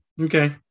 Okay